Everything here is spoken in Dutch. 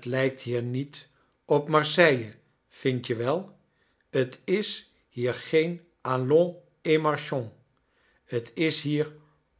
t lijkt hier niet op marseille vind je wel t is hier geen allons et marohons t is hier